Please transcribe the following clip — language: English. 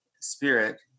spirit